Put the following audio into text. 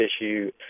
issue